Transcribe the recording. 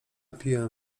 piłem